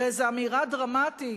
באיזו אמירה דרמטית,